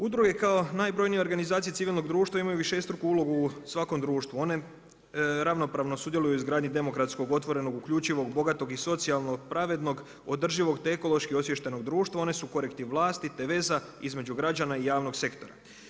Udruge kao najbrojnije organizacije civilnog društva imaju višestruku ulogu u svakom društvu, one ravnopravno sudjeluju u izgradnji demokratskog otvorenog, uključivog, bogatog i socijalno pravednog, održivog te ekološki osviještenog društva, one su korektiv vlasti te veza između građana i javnog sektora.